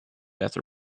after